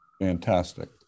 Fantastic